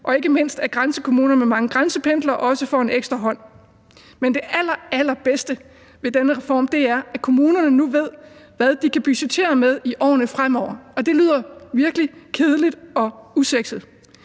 og ikke mindst at grænsekommuner med mange grænsependlere også får en ekstra hånd. Men det allerallerbedste ved denne reform er, at kommunerne nu ved, hvad de kan budgettere med i årene fremover. Det lyder virkelig kedeligt og usexet,